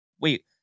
wait